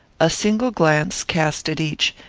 a single glance, cast at each,